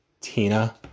Tina